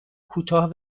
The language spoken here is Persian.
کوتاه